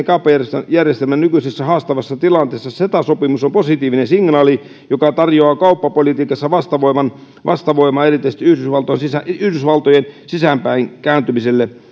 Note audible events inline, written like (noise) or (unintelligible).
(unintelligible) kauppajärjestelmän nykyisessä haastavassa tilanteessa positiivinen signaali joka tarjoaa kauppapolitiikassa vastavoimaa vastavoimaa erityisesti yhdysvaltojen sisäänpäin kääntymiselle